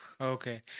Okay